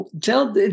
Tell